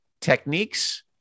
techniques